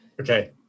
Okay